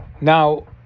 now